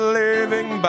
living